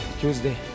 Tuesday